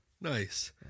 Nice